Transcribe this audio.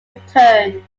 returned